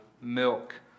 milk